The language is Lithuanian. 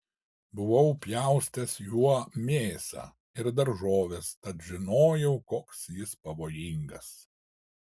buvau pjaustęs juo mėsą ir daržoves tad žinojau koks jis pavojingas